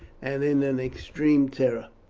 and in an extreme terror.